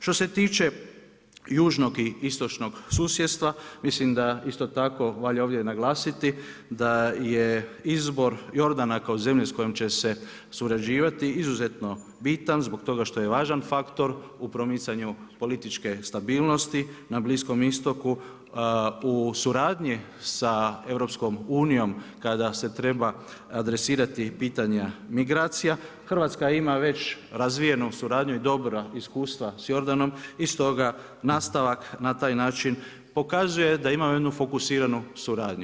Što se tiče južnog i istočnog susjedstva, mislim da isto tako, valja ovdje naglasiti, da je izbor Jordana kao zemlje s kojom će se surađivati izuzetno bitan zbog toga što je važan faktor u promicanju političke stabilnosti na Bliskom Istoku, u suradnji sa EU, kada se treba adresirati pitanja migracija, Hrvatska ima već razvijenu suradnju i dobra iskustva sa Jordanom i stoga nastavak na taj način pokazuje da imamo jednu dobru fokusiranju suradnju.